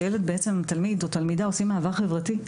כשתלמיד או תלמידה עושים מעבר חברתי,